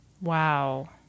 Wow